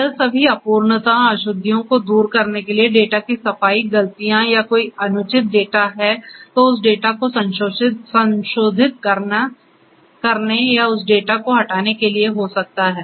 यह सभी अपूर्णता अशुद्धियों को दूर करने के लिए डेटा की सफाई गलतियाँ या कोई अनुचित डेटा है तो उस डेटा को संशोधित करने या उस डेटा को हटाने के लिए हो सकता है